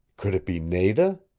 could it be nada?